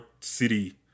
City